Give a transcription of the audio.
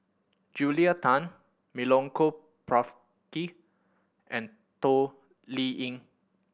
Julia Tan Milenko Prvacki and Toh Liying